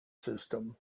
system